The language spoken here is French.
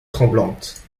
tremblantes